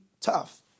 tough